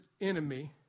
enemy